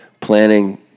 planning